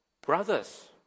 brothers